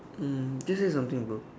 um just say something bro